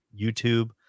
YouTube